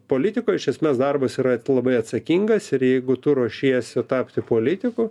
politiko iš esmės darbas yra labai atsakingas ir jeigu tu ruošiesi tapti politiku